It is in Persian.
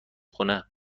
خونه